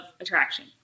attraction